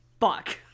Fuck